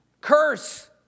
curse